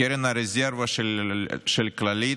קרן הרזרבה של כללית,